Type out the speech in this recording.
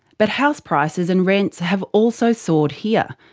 but house prices and rents have also soared here,